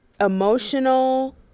emotional